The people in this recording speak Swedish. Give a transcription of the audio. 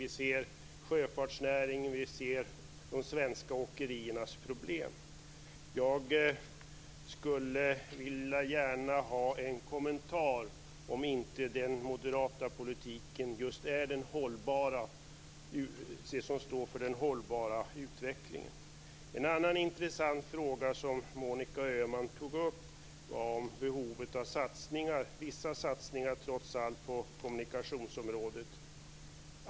Vi ser sjöfartsnäringens och de svenska åkeriernas problem. Jag skulle gärna vilja ha en kommentar till om det inte är den moderata politiken som står för den hållbara utvecklingen. En annan intressant fråga som Monica Öhman tog upp var behovet av vissa satsningar trots allt på kommunikationsområdet.